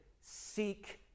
seek